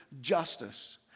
justice